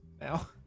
now